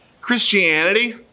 Christianity